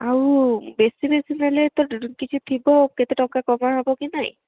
ଆଉ ବେଶୀ ବେଶୀ ନେଲେ ତ କିଛି ଥିବ କେତେ ଟଙ୍କା କମା ହେବ କି ନାହିଁ